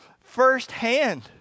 firsthand